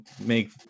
make